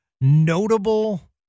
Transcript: Notable